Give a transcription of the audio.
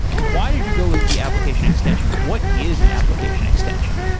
why did you go with the application extension? what is an application extension?